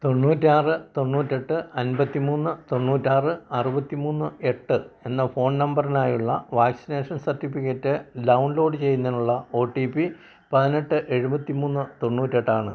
തൊണ്ണൂറ്റിയാറ് തൊണ്ണൂറ്റെട്ട് അൻപത്തി മൂന്ന് തൊണ്ണൂറ്റിയാറ് അറുപത്തി മൂന്ന് എട്ട് എന്ന ഫോൺ നമ്പറിനായുള്ള വാക്സിനേഷൻ സർട്ടിഫിക്കറ്റ് ഡൗൺലോഡ് ചെയ്യുന്നതിനുള്ള ഒ ടി പി പതിനെട്ട് എഴുപത്തിമൂന്ന് തൊണ്ണൂറ്റിയെട്ട് ആണ്